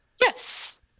Yes